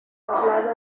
hablado